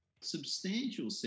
substantial